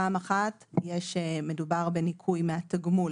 פעם אחת מדובר בניכוי מהתגמול